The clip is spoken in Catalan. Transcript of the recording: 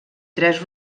tres